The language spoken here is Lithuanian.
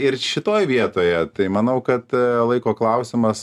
tai ir šitoj vietoje tai manau kad e laiko klausimas